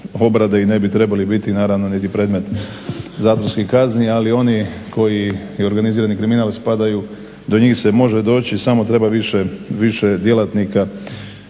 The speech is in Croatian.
obrade i ne bi trebali biti naravno niti predmet zatvorskih kazni ali oni koji u organizirani kriminal spadaju do njih se može doći, samo treba više djelatnika.